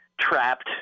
trapped